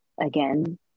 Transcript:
Again